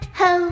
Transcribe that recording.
ho